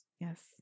Yes